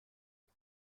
ماه